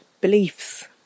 beliefs